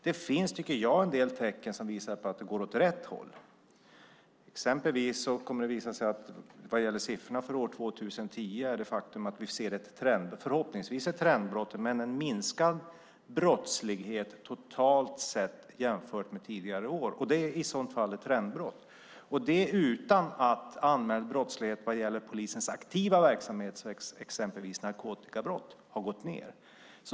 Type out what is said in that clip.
Det finns en del tecken som visar att det går åt rätt håll. Vad gäller siffrorna för år 2010 är det ett faktum att vi förhoppningsvis ser ett trendbrott med en minskad brottslighet totalt sett jämfört med tidigare år. Det är i sådant fall ett trendbrott utan att anmäld brottslighet vad gäller polisens aktiva verksamhet, exempelvis beträffande narkotikabrott, har gått ned.